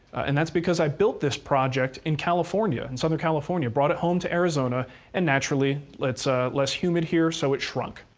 and that's because i built this project in california, in southern california, brought it home to arizona and, naturally, it's ah less humid here, so it shrunk.